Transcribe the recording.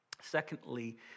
secondly